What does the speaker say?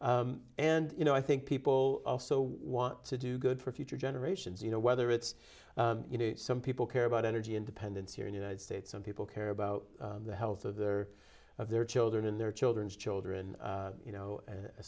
and you know i think people also want to do good for future generations you know whether it's you know some people care about energy independence here in the united states some people care about the health of their of their children and their children's children you know